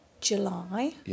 July